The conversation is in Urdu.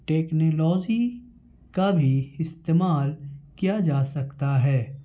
ٹیکنیلوزی کا بھی استعمال کیا جا سکتا ہے